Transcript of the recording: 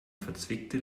verzwickte